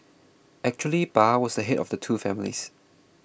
actually Pa was the head of two families